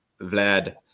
Vlad